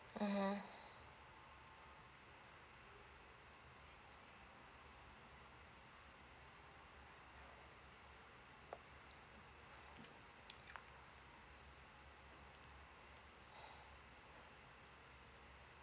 mmhmm